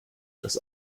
dass